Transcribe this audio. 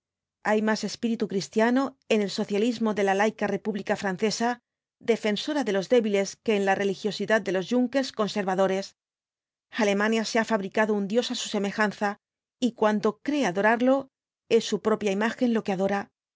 hay más espíritu cristiano en el socialismo de la laica república francesa defensora de los débiles que en la religiosidad de los junkers conservadores alemania se ha fabricado un dios á su semejanza y cuando cree adorarlo es su propia imagen lo que adora